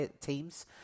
teams